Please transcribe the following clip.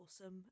awesome